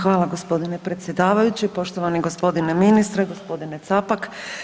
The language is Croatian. Hvala gospodine predsjedavajući, poštovani gospodine ministre, gospodine Capak.